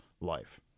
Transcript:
life